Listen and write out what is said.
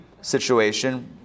situation